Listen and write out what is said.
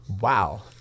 Wow